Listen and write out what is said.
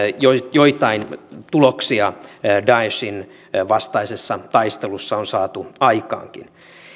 joitain tuloksia daeshin vastaisessa taistelussa on saatu aikaankin